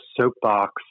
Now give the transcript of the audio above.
soapbox